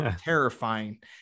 terrifying